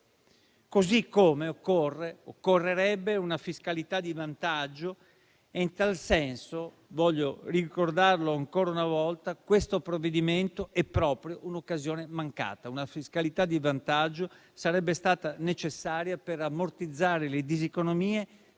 modo, occorrerebbe una fiscalità di vantaggio e in tal senso - voglio ricordarlo ancora una volta - questo provvedimento è proprio un'occasione mancata. Una fiscalità di vantaggio sarebbe stata necessaria per ammortizzare le diseconomie